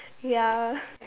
ya